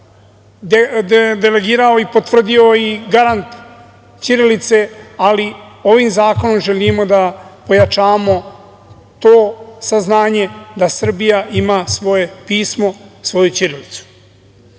delegirao, utvrdio i garant ćirilice, ali ovim zakonom želimo da pojačamo to saznanje da Srbija ima svoje pismo, svoju ćirilicu. Kome